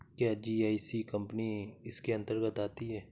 क्या GIC company इसके अन्तर्गत आती है?